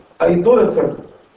idolaters